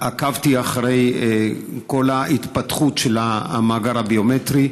עקבתי אחרי כל ההתפתחות של המאגר הביומטרי.